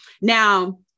now